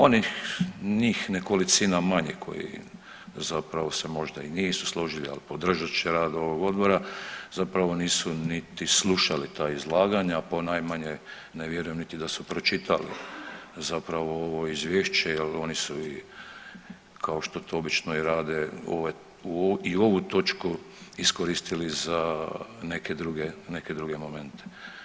Oni, njih nekolicina manje koji zapravo se možda i nisu složili ali podržat će rad ovog odbora zapravo nisu niti slušali ta izlaganja, ponajmanje ne vjerujem niti da su pročitali zapravo ovo izvješće jer oni su kao što to obično i rade i ovu točku iskoristili za neke druge, neke druge momente.